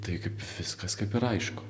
tai kaip viskas kaip ir aišku